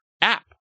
app